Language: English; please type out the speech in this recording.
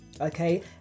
okay